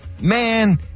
Man